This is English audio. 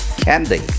Candy